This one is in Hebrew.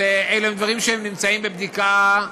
אז אלה הם דברים שנמצאים בבדיקה,